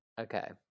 Okay